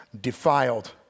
defiled